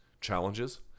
challenges